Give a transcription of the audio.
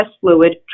fluid